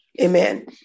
Amen